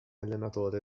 allenatore